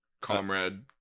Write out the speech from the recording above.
comrade